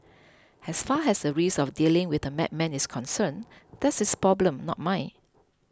as far as the risk of dealing with a madman is concerned that's his problem not mine